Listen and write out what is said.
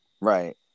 Right